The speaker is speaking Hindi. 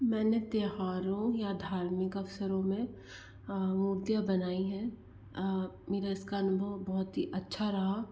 मैंने त्यौहारों या धार्मिक अवसरो में मुर्तियाँ बनाई हैं मेरा इसका अनुभव बहुत ही अच्छा रहा